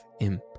imp